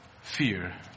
Fear